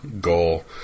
goal